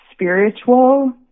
spiritual